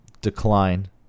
decline